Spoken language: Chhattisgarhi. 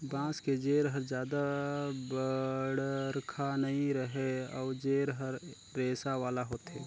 बांस के जेर हर जादा बड़रखा नइ रहें अउ जेर हर रेसा वाला होथे